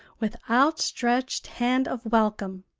with outstretched hand of welcome.